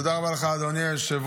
תודה רבה לך, אדוני היושב-ראש.